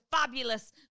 fabulous